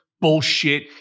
bullshit